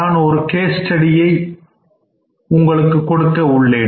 நான் ஒரு case study ஐ கொடுக்க உள்ளேன்